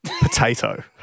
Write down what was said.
potato